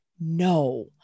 No